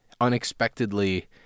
unexpectedly